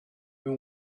been